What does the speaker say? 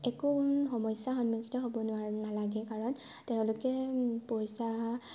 একো সমস্যা সন্মুখীন হ'ব নোৱাৰে নালাগে কাৰণ তেওঁলোকে পইচা